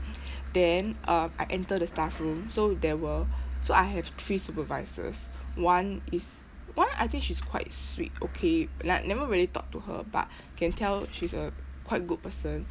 then uh I enter the staff room so there were so I have three supervisors one is one I think she's quite sweet okay like never really talk to her but can tell she's a quite good person